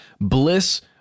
Bliss